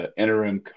interim